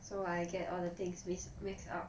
so I get all the things miss mix up